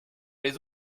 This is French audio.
les